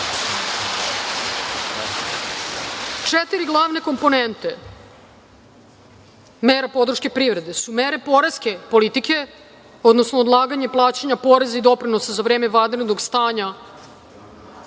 Vučić. Četiri glavne komponente mera podrške privrede su mere poreske politike, odnosno odlaganje plaćanja poreza i doprinosa za vreme vanrednog stanja,